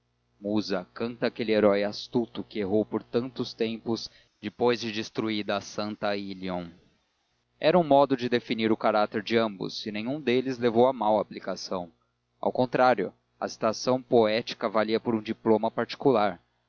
musa canta aquele herói astuto que errou por tantos tempos depois de destruída a santa ílion era um modo de definir o caráter de ambos e nenhum deles levou a mal a aplicação ao contrário a citação poética valia por um diploma particular